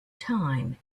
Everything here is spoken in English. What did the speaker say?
time